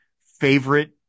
favorite